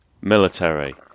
military